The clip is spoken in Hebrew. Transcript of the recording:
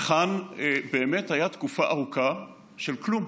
כאן באמת הייתה תקופה ארוכה של כלום.